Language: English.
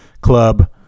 Club